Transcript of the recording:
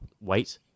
wait